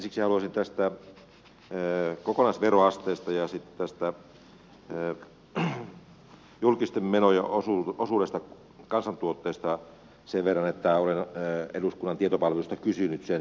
ensiksi haluaisin tästä kokonaisveroasteesta ja julkisten menojen osuudesta kansantuotteesta sanoa sen verran että olen eduskunnan tietopalvelusta kysynyt sitä